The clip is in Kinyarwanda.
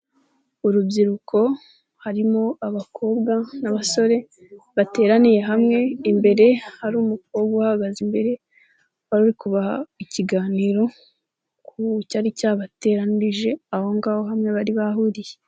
urubyiruko harimo abakobwa n'abasore bateraniye hamwe, imbere hari umukobwa uhagaze imbere, waruri kubaha ikiganiro ku cyari cyabateranyirije aho ngaho bari bahuriye.